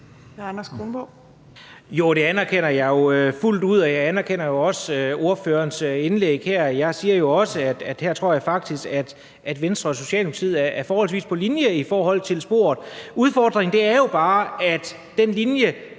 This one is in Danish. Anders Kronborg (S): Det anerkender jeg jo fuldt ud, og jeg anerkender også ordførerens indlæg her. Jeg siger jo også, at her tror jeg faktisk, at Venstre og Socialdemokratiet er forholdsvis på linje i forhold til sporet. Udfordringen er jo bare, at den linje